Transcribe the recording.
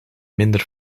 minder